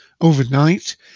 overnight